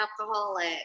alcoholic